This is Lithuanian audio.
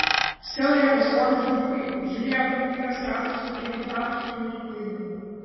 scenoje pasirodžius grupei žiūrėjau kaip vyras krapštosi prie gitaros prijungto laido